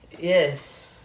Yes